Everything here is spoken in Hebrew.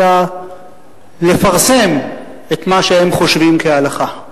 אלא לפרסם את מה שהם חושבים כהלכה,